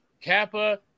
Kappa